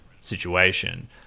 situation